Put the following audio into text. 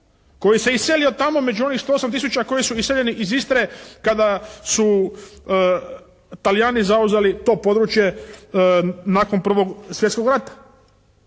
koji se iselio tamo među onih 108 tisuća koji su iseljeni iz Istre kada su Talijani zauzeli to područje nakon 1. svjetskog rata